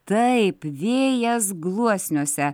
taip vėjas gluosniuose